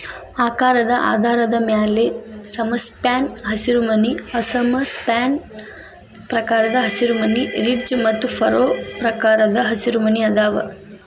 ಆಕಾರದ ಆಧಾರದ ಮ್ಯಾಲೆ ಸಮಸ್ಪ್ಯಾನ್ ಹಸಿರುಮನಿ ಅಸಮ ಸ್ಪ್ಯಾನ್ ಪ್ರಕಾರದ ಹಸಿರುಮನಿ, ರಿಡ್ಜ್ ಮತ್ತು ಫರೋ ಪ್ರಕಾರದ ಹಸಿರುಮನಿ ಅದಾವ